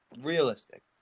realistic